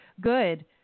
good